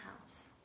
house